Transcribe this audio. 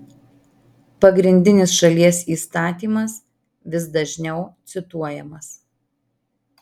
pagrindinis šalies įstatymas vis dažniau cituojamas